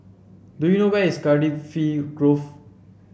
do you know where is Cardifi Grove